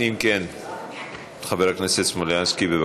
אם כן, בבקשה, חבר הכנסת סלומינסקי,